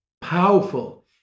powerful